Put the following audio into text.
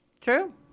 True